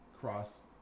cross